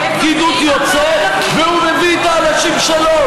פקידות יוצאת והוא מביא את האנשים שלו.